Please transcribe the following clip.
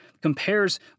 compares